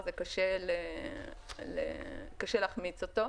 קשה להחמיץ את הדבר הזה.